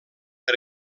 per